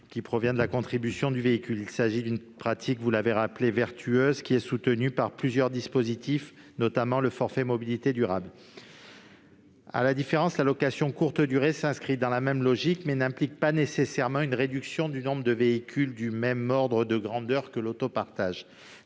qui provient de la construction du véhicule. Il s'agit d'une pratique vertueuse qui est soutenue par plusieurs dispositifs, notamment le forfait mobilités durables. La location de courte durée s'inscrit dans la même logique, mais n'implique pas nécessairement une réduction du nombre de véhicules du même ordre de grandeur que l'autopartage.